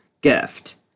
gift